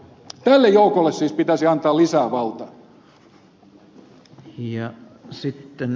tälle joukolle siis pitäisi antaa lisää valtaa